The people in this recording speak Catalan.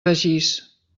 begís